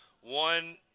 One